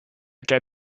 get